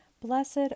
Blessed